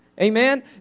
Amen